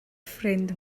ffrind